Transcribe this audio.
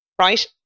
right